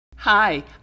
Hi